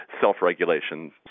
self-regulation